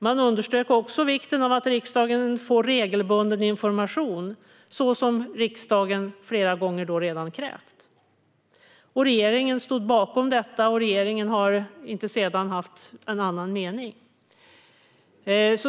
Man underströk också vikten av att riksdagen får regelbunden information, vilket riksdagen flera gånger redan krävt. Regeringen stod bakom detta, och regeringen har inte sedan dess haft någon annan mening.